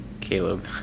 Caleb